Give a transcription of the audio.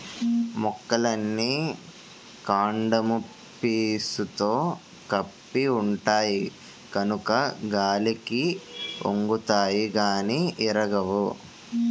మొక్కలన్నీ కాండము పీసుతో కప్పి ఉంటాయి కనుక గాలికి ఒంగుతాయి గానీ ఇరగవు